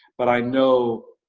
but i know,